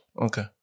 okay